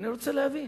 אני רוצה להבין,